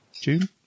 June